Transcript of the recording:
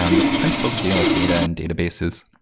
um the principles of dealing with data and databases.